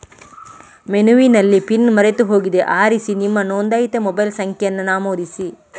ಮೆನುವಿನಲ್ಲಿ ಪಿನ್ ಮರೆತು ಹೋಗಿದೆ ಆರಿಸಿ ನಿಮ್ಮ ನೋಂದಾಯಿತ ಮೊಬೈಲ್ ಸಂಖ್ಯೆಯನ್ನ ನಮೂದಿಸಿ